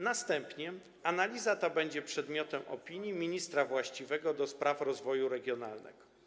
Następnie analiza ta będzie przedmiotem opinii ministra właściwego do spraw rozwoju regionalnego.